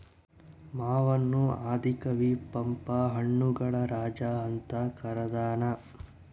ಮಾವನ್ನು ಆದಿ ಕವಿ ಪಂಪ ಹಣ್ಣುಗಳ ರಾಜ ಅಂತ ಕರದಾನ